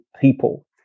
people